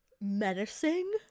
menacing